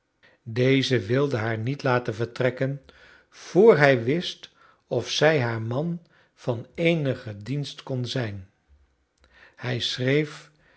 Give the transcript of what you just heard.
deze wilde haar niet laten vertrekken vr hij wist of zij haar man van eenigen dienst kon zijn hij schreef